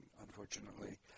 unfortunately